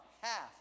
half